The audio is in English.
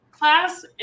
Class